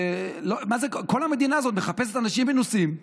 כל המדינה הזאת מחפשת אנשים מנוסים,